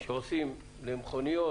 שעושים למכוניות,